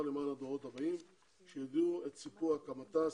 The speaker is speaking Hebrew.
למען הדורות הבאים שיביאו את סיפור הקמתה,